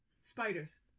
Spiders